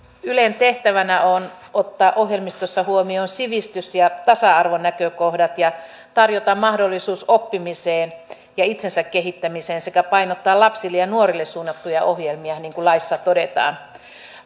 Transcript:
ylen tehtävänä on ottaa ohjelmistossa huomioon sivistys ja tasa arvonäkökohdat ja tarjota mahdollisuus oppimiseen ja itsensä kehittämiseen sekä painottaa lapsille ja ja nuorille suunnattuja ohjelmia niin kuin laissa todetaan